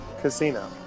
casino